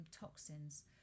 toxins